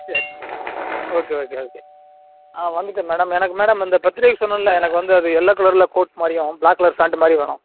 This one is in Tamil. சரி ஓகே ஓகே ஓகே ஆ வந்துவிட்டேன் மேடம் எனக்கு மேடம் அந்த பர்த்டேவுக்கு சொன்னேன்லை எனக்கு வந்து அது எல்லோ கலரில் கோட் மாதிரியும் ப்ளாக் கலர் ஃபேண்டு மாதிரியும் வேணும்